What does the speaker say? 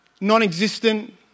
non-existent